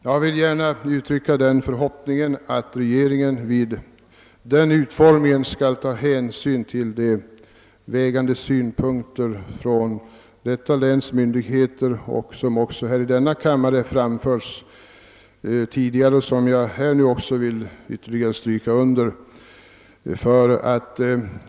Jag uttrycker förhoppningen att regeringen vid utarbetandet av propositionen skall ta hänsyn till de vägande synpunkter som länsmyndigheterna anfört och som framhållits i denna kammare. Jag understryker nu ytterligare dessa synpunkter.